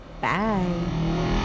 Bye